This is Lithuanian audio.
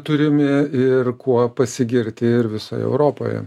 turime ir kuo pasigirti ir visoje europoje